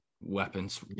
weapons